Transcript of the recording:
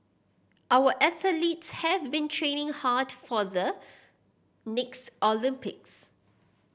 our athletes have been training hard for the next Olympics